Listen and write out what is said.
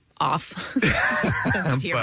off